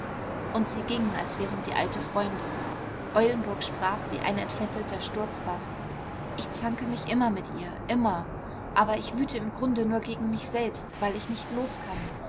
und sie gingen als wären sie alte freunde eulenburg sprach wie ein entfesselter sturzbach ich zanke mich immer mit ihr immer aber ich wüte im grunde nur gegen mich selbst weil ich nicht los kann